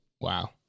Wow